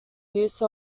use